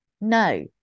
No